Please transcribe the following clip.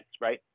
right